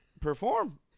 perform